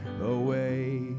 away